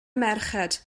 merched